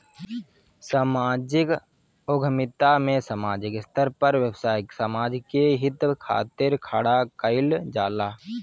सामाजिक उद्यमिता में सामाजिक स्तर पर व्यवसाय के समाज के हित खातिर खड़ा कईल जाला